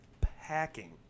packing